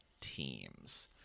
teams